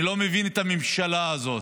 אני לא מבין את הממשלה הזאת,